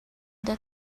that